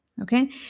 Okay